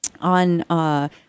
on –